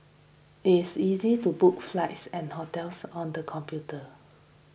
it is easy to book flights and hotels on the computer